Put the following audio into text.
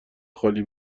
خالی